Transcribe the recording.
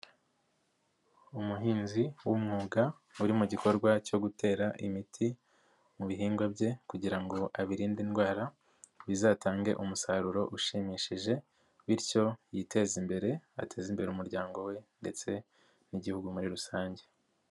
Umuhinzi w'umwuga, uri mu gikorwa cyo gutera imiti mu bihingwa bye kugira ngo abirinde indwara bizatange umusaruro ushimishije bityo yiteze imbere, ateze imbere umuryango we ndetse n'Igihugu muri rusange.